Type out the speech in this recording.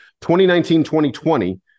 2019-2020 –